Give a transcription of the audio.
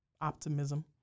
optimism